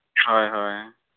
ᱦᱳᱭ ᱦᱳᱭ